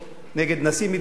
נגד נשיא המדינה,